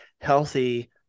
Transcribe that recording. healthy